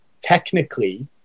technically